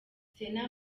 sena